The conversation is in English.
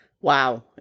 Wow